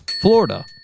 Florida